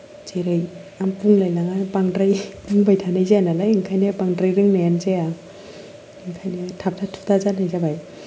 जेरै आं बुंलायनाङा बांद्राय बुंबाय थानाय जाया नालाय ओंखायनो बांद्राय रोंनायानो जाया ओंखायनो थाबथा थुबथा जानाय जाबाय